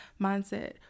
mindset